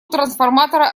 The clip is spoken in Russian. трансформатора